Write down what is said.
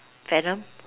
Venom